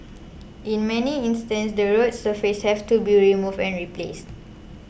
in many instances the road surfaces have to be removed and replaced